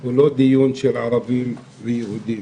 הוא לא דיון של ערבים ויהודים.